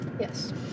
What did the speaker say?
Yes